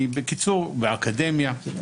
מהאקדמיה.